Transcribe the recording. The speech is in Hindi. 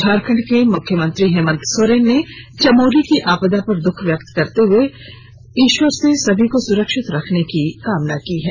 झारखंड के मुख्यमंत्री हेमंत सोरेन ने चमोली की आपदा पर दुख व्यक्त किया है उन्होंने ईश्वर से सभी को सुरक्षित रखने की कामना की है